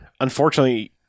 unfortunately